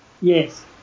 yes